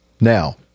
Now